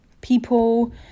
people